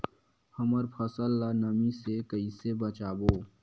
हमर फसल ल नमी से क ई से बचाबो?